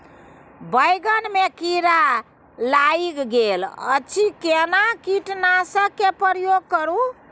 बैंगन में कीरा लाईग गेल अछि केना कीटनासक के प्रयोग करू?